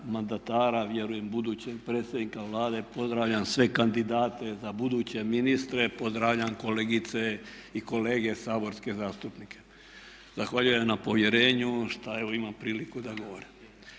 vjerujem budućeg predsjednika Vlade, pozdravljam sve kandidate za buduće ministre, pozdravljam kolegice i kolege saborske zastupnike. Zahvaljujem na povjerenju šta evo imam priliku da govorim.